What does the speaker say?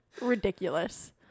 Ridiculous